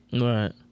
Right